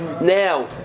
Now